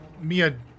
Mia